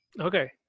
Okay